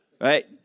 right